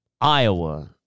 Iowa